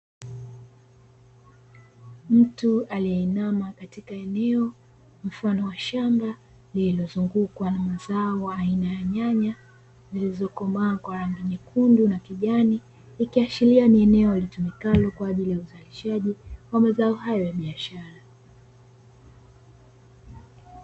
Mtu aliyeinama katika eneo mfano wa shamba, lililozungukwa na mazao aina ya nyanya zilizokomaa kwa rangi nyekundu na kijani, ikiashiria ni eneo litumikalo kwa ajili ya uzalishaji wa mazao hayo ya biashara.